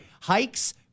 hikes